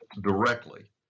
directly